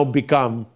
become